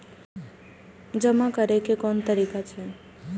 जमा करै के कोन तरीका छै?